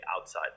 outside